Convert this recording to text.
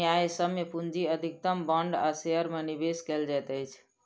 न्यायसम्य पूंजी अधिकतम बांड आ शेयर में निवेश कयल जाइत अछि